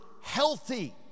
healthy